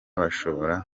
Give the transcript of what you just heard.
bashobora